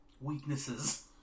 weaknesses